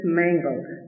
mangled